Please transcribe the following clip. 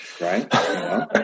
Right